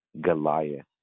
Goliath